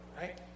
Right